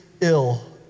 ill